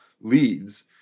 leads